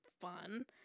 fun